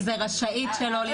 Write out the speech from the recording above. כן, זה רשאית שלא למסור.